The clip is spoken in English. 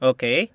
Okay